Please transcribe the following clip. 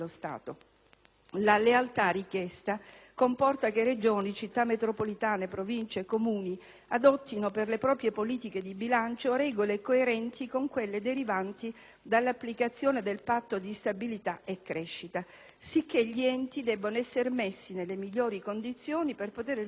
La lealtà richiesta comporta che Regioni, Città metropolitane, Province e Comuni adottino per le proprie politiche di bilancio regole coerenti con quelle derivanti dall'applicazione del Patto di stabilità e crescita, sicché gli enti debbono essere messi nelle migliori condizioni di poter rispettare